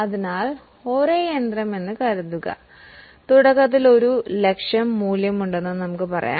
അതിനാൽ അതേ യന്ത്രം കരുതുക തുടക്കത്തിൽ ഒരു ലക്ഷം മൂല്യമുണ്ടെന്ന് നമുക്ക് പറയാം